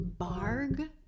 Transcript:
Barg